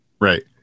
right